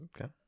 okay